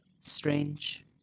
Strange